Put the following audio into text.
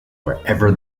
wherever